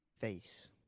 face